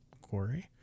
Corey